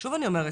שוב אני אומרת,